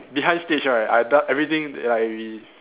behind stage right I do~ everything like we